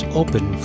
open